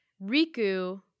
Riku